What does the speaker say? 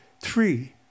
three